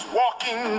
walking